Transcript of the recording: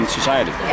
society